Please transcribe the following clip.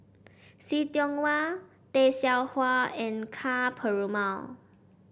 See Tiong Wah Tay Seow Huah and Ka Perumal